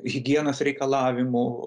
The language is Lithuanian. higienos reikalavimų